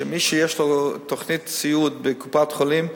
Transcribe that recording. ומי שיש לו תוכנית סיעוד בקופת-חולים,